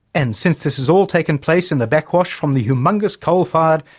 and since this has all taken place in the backwash from the humungous coal-fired,